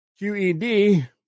QED